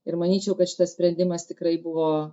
ir manyčiau kad šitas sprendimas tikrai buvo